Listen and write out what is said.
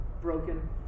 Broken